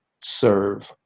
serve